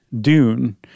dune